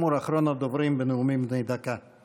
שכל הבית הזה יהיה שותף להקמת ועדה מיוחדת שתבדוק את הנושא הזה.